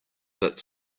but